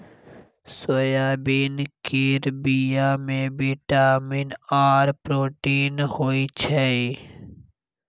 soybean केर बीया मे बिटामिन आर प्रोटीन होई छै